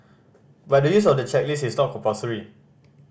but the use of the checklist is not compulsory